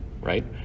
right